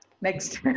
next